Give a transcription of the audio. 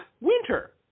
winter